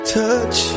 touch